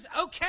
okay